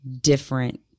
different